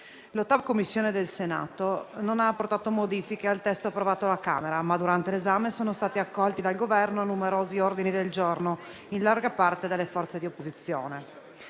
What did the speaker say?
L'8a Commissione del Senato non ha apportato modifiche al testo approvato alla Camera dei deputati, ma durante l'esame sono stati accolti dal Governo numerosi ordini del giorno, in larga parte delle forze di opposizione.